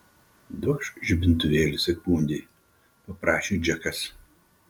duokš žibintuvėlį sekundei paprašė džekas